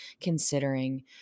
considering